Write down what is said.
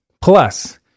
plus